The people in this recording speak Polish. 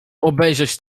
obejrzeć